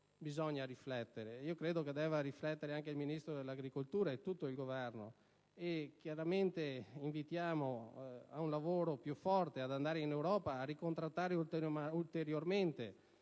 questo punto, e io credo che debba riflettere anche il Ministro dell'agricoltura con tutto il Governo. Chiaramente, invitiamo a un lavoro più forte, ad andare in Europa e a ricontrattare ulteriormente